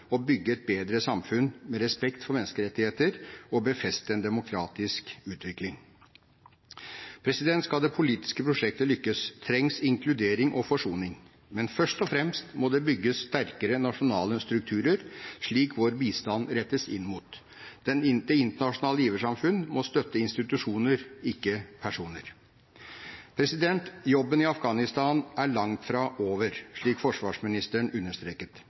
å bygge et bedre samfunn med respekt for menneskerettigheter og befeste en demokratisk utvikling. Skal det politiske prosjektet lykkes, trengs inkludering og forsoning, men først og fremst må det bygges sterkere nasjonale strukturer, slik vår bistand rettes inn mot. Det internasjonale giversamfunnet må støtte institusjoner, ikke personer. Jobben i Afghanistan er langt fra over, slik forsvarsministeren understreket.